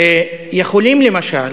שיכולים, למשל,